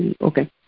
Okay